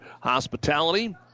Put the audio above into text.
hospitality